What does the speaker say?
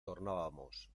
tornábamos